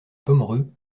pomereux